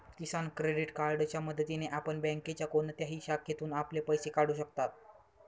किसान credit कार्डच्या मदतीने आपण बँकेच्या कोणत्याही शाखेतून आपले पैसे काढू शकता